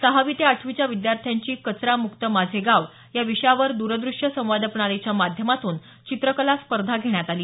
सहावी ते आठवीच्या विद्यार्थ्यांची कचरा मुक्त माझे गाव या विषयावर द्रदृष्य संवाद प्रणालीच्या माध्यमातून चित्रकला स्पर्धा घेण्यात आली